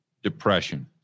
depression